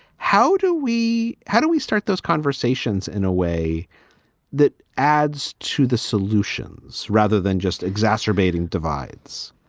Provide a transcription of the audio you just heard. how do we how do we start those conversations in a way that adds to the solutions rather than just exacerbating divides?